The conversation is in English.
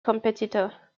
competitor